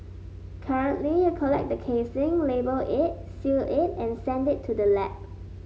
currently you collect the casing label it seal it and send it to the lab